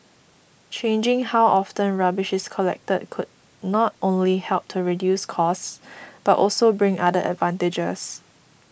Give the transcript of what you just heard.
changing how often rubbish is collected could not only help to reduce costs but also bring other advantages